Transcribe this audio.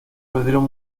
perdieron